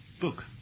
book